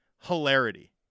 Hilarity